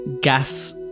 gas